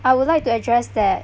I would like to address that